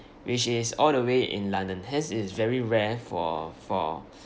which is all the way in london hence it is very rare for for